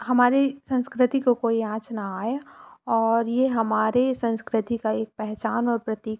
हमारी संस्कृति पर कोई आंच ना आए और ये हमारी संस्कृति की एक पहचान और प्रतीक